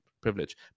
privilege